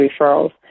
referrals